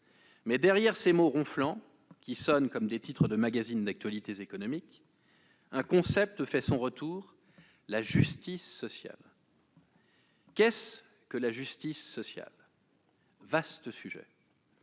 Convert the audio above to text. Mais derrière ces mots ronflants, qui sonnent comme des titres de magazines d'actualités économiques, un concept fait son retour : la justice sociale. Qu'est-ce que la justice sociale ? Vaste sujet